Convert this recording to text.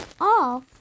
off